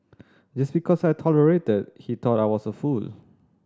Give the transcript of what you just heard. just because I tolerated he thought I was a fool